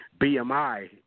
BMI